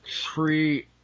three